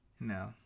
No